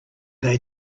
they